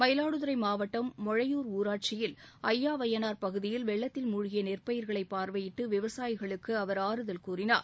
மயிலாடுதுரை மாவட்டம் மொழையூர் ஊராட்சியில் அய்யாவையனார் பகுதியில் வெள்ளத்தில் மூழ்கிய நெற்பயிர்களை பார்வையிட்டு விவசாயிகளுக்கு அவர் ஆறுதல் கூறினார்